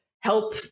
help